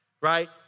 Right